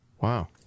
Wow